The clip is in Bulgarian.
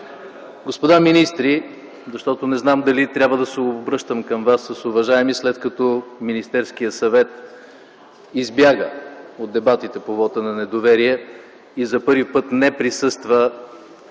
Господа министри, защото не знам дали трябва да се обръщам към вас с „уважаеми”, след като Министерският съвет избяга от дебатите по вота на недоверие и за първи път не присъства